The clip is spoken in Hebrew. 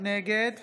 נגד